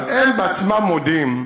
אז הם בעצמם מודים.